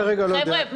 חבר'ה,